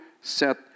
set